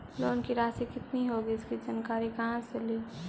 Loan की रासि कितनी होगी इसकी जानकारी कहा से ली?